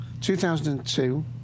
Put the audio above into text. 2002